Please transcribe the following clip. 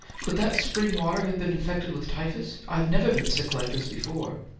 could that spring water have been infected with typhus? i've never been sick like this before.